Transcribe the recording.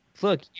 Look